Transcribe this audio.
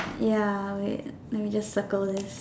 ya wait let me just circle this